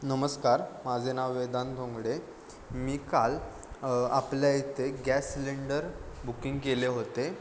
नमस्कार माझे नाव वेदांत धोंगडे मी काल आपल्या इथे गॅस सिलेंडर बुकिंग केले होते